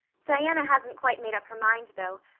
diana hasn't quite made up her mind though,